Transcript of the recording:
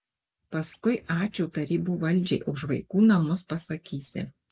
paskui ačiū tarybų valdžiai už vaikų namus pasakysi